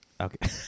Okay